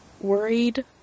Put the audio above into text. worried